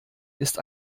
ist